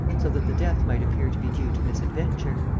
so that the death might appear to be due to misadventure.